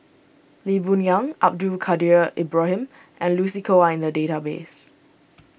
Lee Boon Yang Abdul Kadir Ibrahim and Lucy Koh are in the database